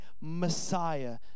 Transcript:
Messiah